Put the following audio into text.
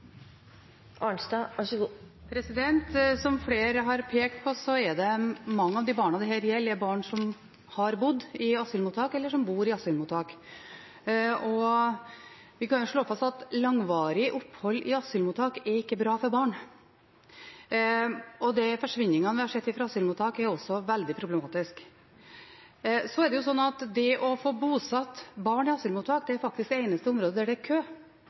mange av de barna som dette gjelder, barn som har bodd, eller som bor i asylmottak. Vi kan slå fast at langvarig opphold i asylmottak er ikke bra for barn. De forsvinningene fra asylmottak vi har sett, er også veldig problematisk. Når det gjelder det å få bosatt barn i asylmottak, er det faktisk det eneste området der det er kø,